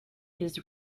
his